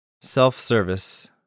Self-service